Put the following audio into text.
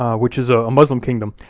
um which is a muslim kingdom.